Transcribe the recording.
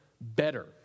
better